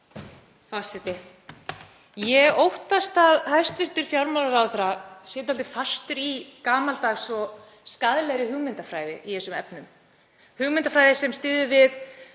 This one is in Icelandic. Forseti. Ég óttast að hæstv. fjármálaráðherra sé dálítið fastur í gamaldags og skaðlegri hugmyndafræði í þessum efnum, hugmyndafræði sem styður við